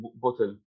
bottle